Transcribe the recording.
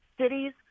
cities